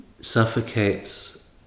suffocates